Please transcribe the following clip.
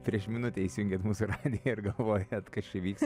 prieš minutę įsijungėt mūsų radiją ir galvojat kas čia vyks